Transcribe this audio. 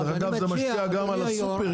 דרך אגב, זה משפיע גם על המחירים בסופרים.